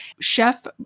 chef